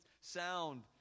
sound